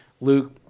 Luke